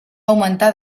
augmentar